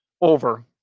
over